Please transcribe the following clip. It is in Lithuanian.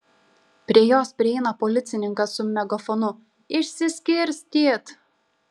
prie jos prieina policininkas su megafonu išsiskirstyt